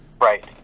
Right